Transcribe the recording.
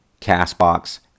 CastBox